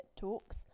talks